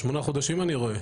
שמונה חודשים אני רואה.